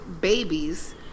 babies